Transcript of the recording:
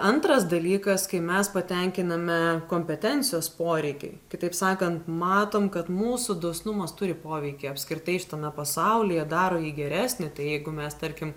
antras dalykas kai mes patenkiname kompetencijos poreikį kitaip sakant matom kad mūsų dosnumas turi poveikį apskritai šitame pasaulyje daro jį geresnį tai jeigu mes tarkim